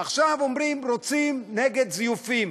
עכשיו אומרים, רוצים נגד זיופים.